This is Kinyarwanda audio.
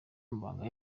amabanga